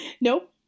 Nope